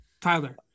Tyler